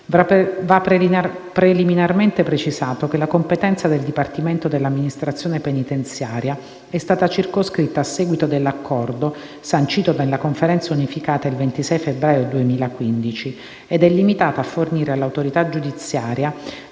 va preliminarmente precisato che la competenza del Dipartimento dell'amministrazione penitenziaria è stata circoscritta a seguito dell'accordo sancito nella Conferenza unificata il 26 febbraio 2015, ed è limitata a fornire all'autorità giudiziaria